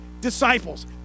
disciples